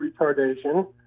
retardation